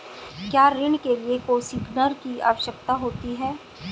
क्या ऋण के लिए कोसिग्नर की आवश्यकता होती है?